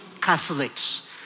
Catholics